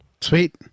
Sweet